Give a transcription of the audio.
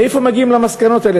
מאיפה מגיעים למסקנות האלה,